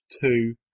two